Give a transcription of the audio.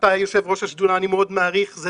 אתה יושב-ראש השדולה ואני מאוד מעריך את זה,